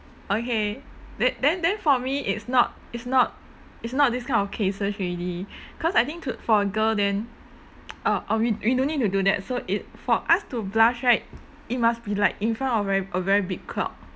okay then then then for me it's not it's not it's not this kind of cases already cause I think to for a girl then uh uh we we don't need to do that so it for us to blush right it must be like in front of very a very big crowd